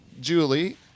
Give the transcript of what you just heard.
Julie